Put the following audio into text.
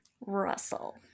Russell